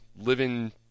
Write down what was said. living